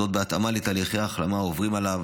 זאת בהתאמה לתהליכי ההחלמה העוברים עליו